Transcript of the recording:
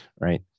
right